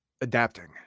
adapting